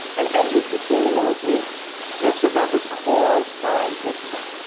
and edges between the nodes mean this event was caused by this event.